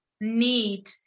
need